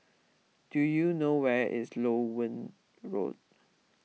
do you know where is Loewen Road